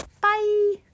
Bye